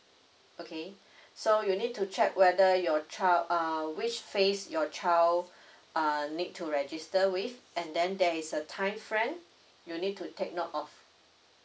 okay so you need to check whether your child uh which phase your child err need to register with and then there is a time frame you need to take note of